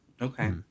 Okay